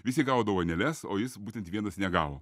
visi gavo dovanėles o jis būtent vienas negavo